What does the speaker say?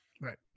right